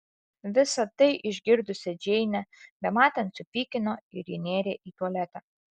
visa tai išgirdusią džeinę bematant supykino ir ji nėrė į tualetą